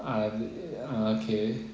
ah ah okay